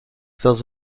zelfs